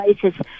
places